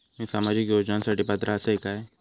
मी सामाजिक योजनांसाठी पात्र असय काय?